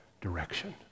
direction